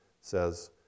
says